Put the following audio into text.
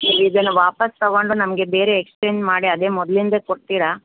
ಈಗ ಇದನ್ನು ವಾಪಾಸ್ಸು ತಗೊಂಡು ನಮಗೆ ಬೇರೆ ಎಕ್ಸ್ಚೇಂಜ್ ಮಾಡಿ ಅದೇ ಮೊದಲಿಂದೆ ಕೊಡ್ತೀರಾ